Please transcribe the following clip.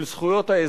של זכויות האזרח,